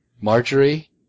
Marjorie